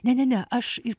ne ne ne aš ir